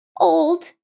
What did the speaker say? old